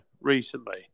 recently